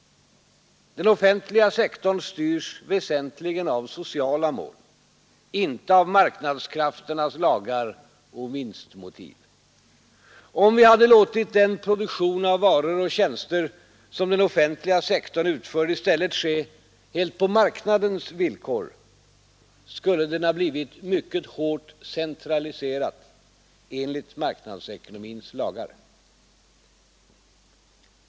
Den offentliga sektorn styrs väsentligen av sociala mål, inte av marknadskrafternas lagar och vinstmotiv. Om vi hade låtit den produktion av varor och tjänster som den offentliga sektorn utför i stället ske på marknadens villkor, skulle den ha blivit mycket hårt centraliserad enligt marknadsekonomins lagar.